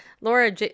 Laura